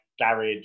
garage